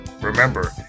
Remember